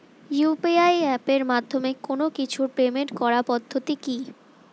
UPI এপের মাধ্যমে কোন কিছুর পেমেন্ট করার পদ্ধতি কি?